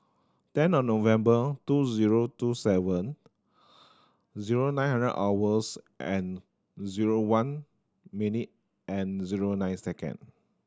ten of November two zero two seven zero nine hundred hours and zero one minute and zero nine second